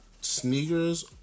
Sneakers